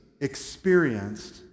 experienced